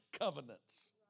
covenants